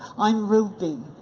i'm ruby,